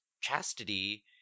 Chastity